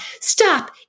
stop